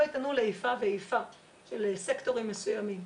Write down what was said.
יטענו לאיפה ואיפה של סקטורים מסוימים.